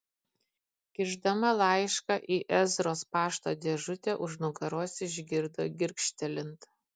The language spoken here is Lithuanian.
kišdama laišką į ezros pašto dėžutę už nugaros išgirdo girgžtelint